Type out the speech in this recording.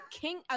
King-